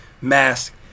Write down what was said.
mask